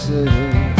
City